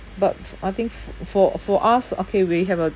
but f~ I think f~ for for us okay we have a